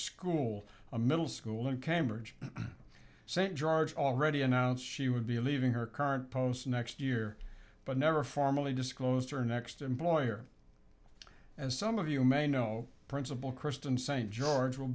school a middle school in cambridge st george already announced she would be leaving her current post next year but never formally disclosed her next employer as some of you may know principal kristen st george will